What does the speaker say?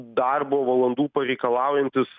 darbo valandų pareikalaujantis